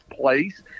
place